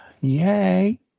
Yay